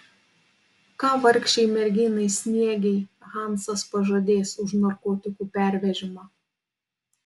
ką vargšei merginai sniegei hansas pažadės už narkotikų pervežimą